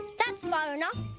that's far enough!